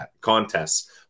contests